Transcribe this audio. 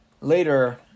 later